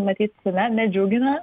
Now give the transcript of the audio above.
matyt na nedžiugina